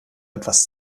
etwas